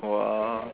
!whoa!